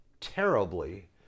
terribly